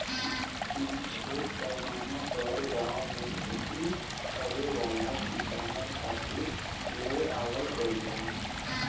इ छोट पैमाना पर गाँव में खेती करे वाला किसानन खातिर ले आवल गईल बा